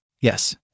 Yes